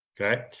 okay